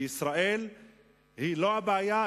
שישראל היא לא הבעיה,